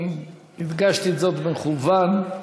הצעת החוק עברה בקריאה טרומית ותובא לוועדת העבודה,